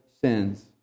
sins